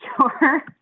sure